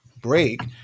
break